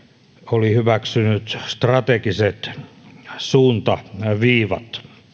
oli hyväksynyt strategiset suuntaviivat